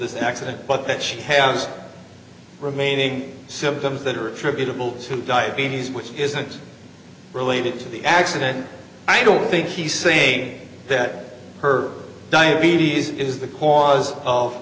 this accident but that she has remaining symptoms that are attributable to diabetes which isn't related to the accident i don't think he same that her diabetes is the cause of